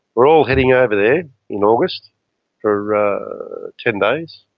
we're all heading over there in august for ten days,